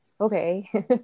okay